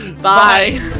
bye